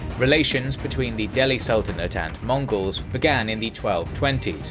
relations between the delhi sultanate and mongols began in the twelve twenty s,